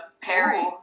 Perry